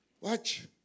Watch